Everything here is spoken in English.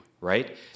right